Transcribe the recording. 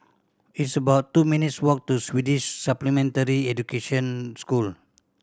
it's about two minutes' walk to Swedish Supplementary Education School